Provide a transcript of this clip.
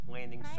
Landing